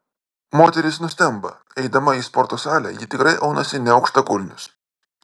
moteris nustemba eidama į sporto salę ji tikrai aunasi ne aukštakulnius